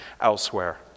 elsewhere